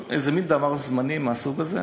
איזה מין דבר זמני מהסוג הזה.